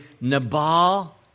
Nabal